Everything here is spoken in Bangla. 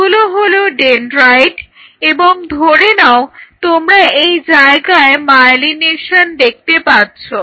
এগুলো হলো ডেনড্রাইট এবং ধরে নাও তোমরা এই জায়গায় মায়েলিনেশন দেখতে পাচ্ছ